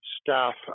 staff